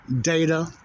data